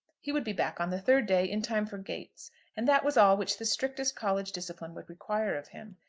he would be back on the third day, in time for gates and that was all which the strictest college discipline would require of him.